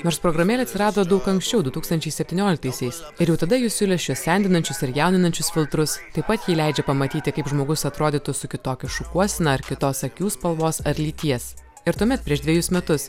nors programėlė atsirado daug anksčiau du tūkstančiai septynioliktaisiais ir jau tada ji siūlė šiuos sendinančius ir jauninančius filtrus taip pat ji leidžia pamatyti kaip žmogus atrodytų su kitokia šukuosena ar kitos akių spalvos ar lyties ir tuomet prieš dvejus metus